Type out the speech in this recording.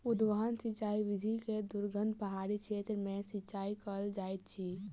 उद्वहन सिचाई विधि से दुर्गम पहाड़ी क्षेत्र में सिचाई कयल जाइत अछि